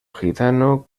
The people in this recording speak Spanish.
gitano